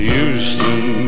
Houston